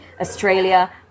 Australia